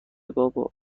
بابا